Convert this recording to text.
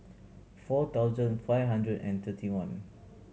four thousand five hundred and thirty one